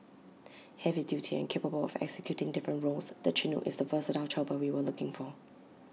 heavy duty and capable of executing different roles the Chinook is the versatile chopper we were looking for